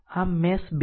આમ મેશ 2